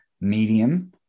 Medium